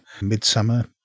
Midsummer